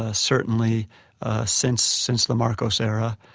ah certainly since since the marcos era,